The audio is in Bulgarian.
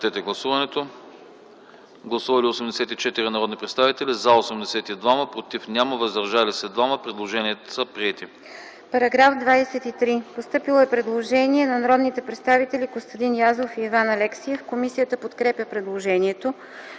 По § 23 има предложение от народните представители Костадин Язов и Иван Алексиев. Комисията подкрепя предложението.